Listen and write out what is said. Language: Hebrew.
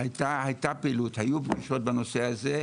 היתה פעילות, היו פגישות בנושא הזה,